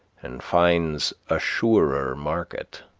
and finds a surer market.